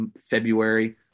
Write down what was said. February